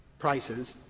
prices,